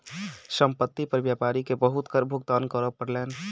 संपत्ति पर व्यापारी के बहुत कर भुगतान करअ पड़लैन